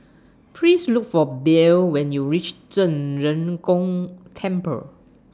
Please Look For Bell when YOU REACH Zhen Ren Gong Temple